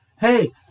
hey